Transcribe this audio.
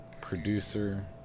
producer